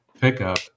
pickup